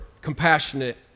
compassionate